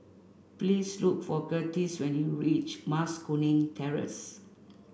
please look for Curtiss when you reach Mas Kuning Terrace